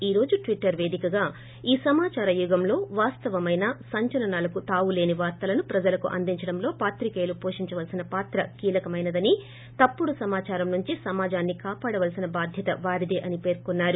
ఈ రోజు ట్విట్లర్ పేదికగా ఈ సమాచార యుగంలో వాస్తవమైన సంచలనాలకు తావులేని వార్తలను ప్రజలకు అందించడంలో పాత్రికేయులు పోషించాల్సిన పాత్ర కీలకమైనదని తప్పుడు సమాచారం నుంచి సమాజాన్ని కాపాడాల్సిన బాధ్యత వారిదే అసే పర్కొన్నారు